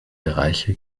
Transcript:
bereiche